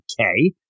okay